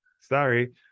Sorry